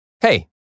Hey